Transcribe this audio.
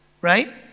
right